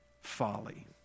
folly